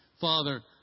Father